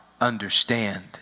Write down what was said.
understand